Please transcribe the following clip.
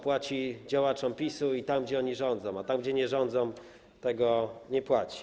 Płaci działaczom PiS i tam, gdzie oni rządzą, a tam, gdzie nie rządzą - nie płaci.